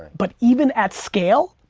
but even at scale,